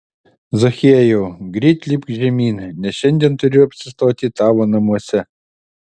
zachiejau greit lipk žemyn nes šiandien turiu apsistoti tavo namuose